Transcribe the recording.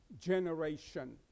generation